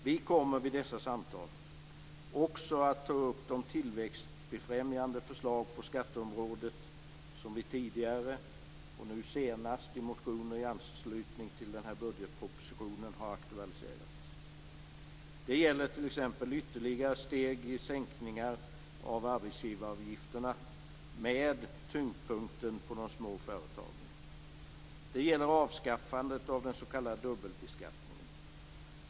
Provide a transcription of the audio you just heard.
Vi kommer vid dessa samtal också att ta upp de tillväxtfrämjande förslag på skatteområdet som vi tidigare, nu senast i motioner i anslutning till den här budgetpropositionen, har aktualiserat. Det gäller t.ex. ytterligare steg i sänkningar av arbetsgivaravgifterna, med tyngdpunkten på de små företagen. Det gäller avskaffandet av den s.k. dubbelbeskattningen.